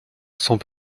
sont